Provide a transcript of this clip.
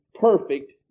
perfect